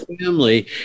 family